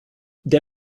der